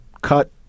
cut